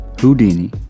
Houdini